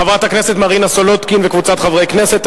של חברת הכנסת מרינה סולודקין וקבוצת חברי הכנסת.